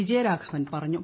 വിജയരാഘവൻ പറഞ്ഞു